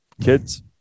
kids